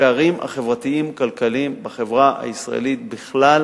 הפערים החברתיים-הכלכליים בחברה הישראלית בכלל הם,